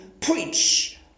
preach